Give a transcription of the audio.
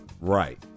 right